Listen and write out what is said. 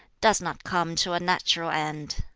does not come to a natural end.